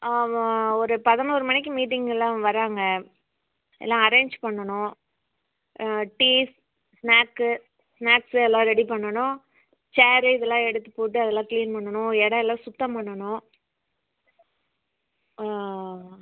ஒரு பதினொரு மணிக்கு மீட்டிங் எல்லாம் வர்றாங்க எல்லாம் அரேஞ் பண்ணணும் டீ ஸ்நாக் ஸ்நாக்ஸ் எல்லாம் ரெடி பண்ணணும் சேர் இதெல்லாம் எடுத்துப்போட்டு அதெலாம் கிளீன் பண்ணணும் இடம் எல்லாம் சுத்தம் பண்ணணும்